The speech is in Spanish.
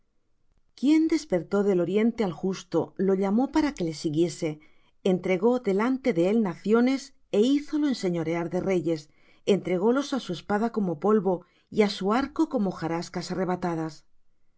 quién despertó del oriente al justo lo llamó para que le siguiese entregó delante de él naciones é hízolo enseñorear de reyes entrególos á su espada como polvo y á su arco como hojarascas arrebatadas